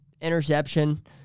interception